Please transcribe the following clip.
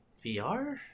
vr